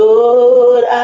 Lord